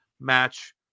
match